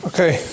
Okay